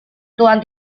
tuhan